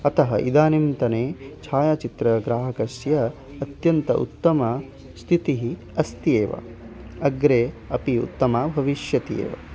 अतः इदानींतने छायाचित्रग्राहकस्य अत्यन्तम् उत्तमा स्थितिः अस्ति एव अग्रे अपि उत्तमा भविष्यति एव